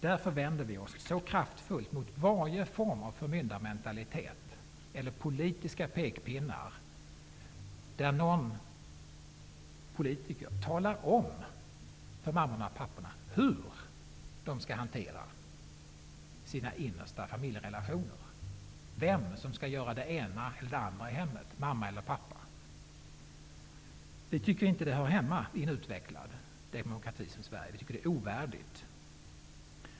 Därför vänder vi oss så kraftfullt mot varje form av förmyndarmentalitet eller politiska pekpinnar där politiker talar om för mammorna och papporna hur de skall hantera sina innersta familjerelationer och vem som skall göra det ena eller andra i hemmet -- mamma eller pappa. Vi tycker inte att det hör hemma i en utvecklad demokrati som Sverige. Vi tycker att det är ovärdigt.